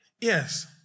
Yes